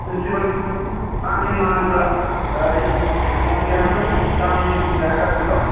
principal तव्हां मां जो आहे फ़ोन कयां थो की ॿई तव्हां मुंहिंजी कुझु सहायता कंदव